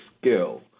skill